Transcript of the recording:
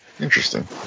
Interesting